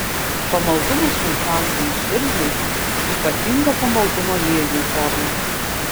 pamaldumas švenčiausiajai širdžiai ypatinga pamaldumo jėzui forma